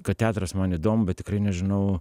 kad teatras man įdomu bet tikrai nežinau